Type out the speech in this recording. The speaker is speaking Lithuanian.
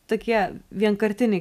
tokie vienkartiniai